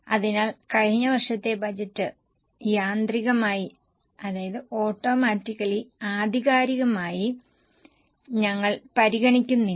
അതിനാൽ കഴിഞ്ഞ വർഷത്തെ ബജറ്റ് യാന്ത്രികമായി ആധികാരികമായി ഞങ്ങൾ പരിഗണിക്കുന്നില്ല